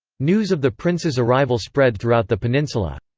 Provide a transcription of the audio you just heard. news of the prince's arrival spread throughout the peninsula.